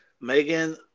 Megan